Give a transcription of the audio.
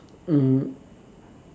mm